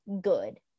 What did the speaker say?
good